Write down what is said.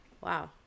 Wow